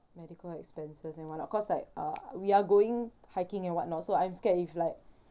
medical expenses and what not of course like uh we are going hiking and what not so I'm scared if like